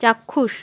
চাক্ষুষ